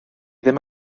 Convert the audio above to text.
ddim